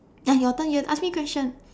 ah your turn you have to ask me question